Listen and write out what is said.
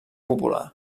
popular